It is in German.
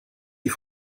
die